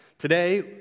Today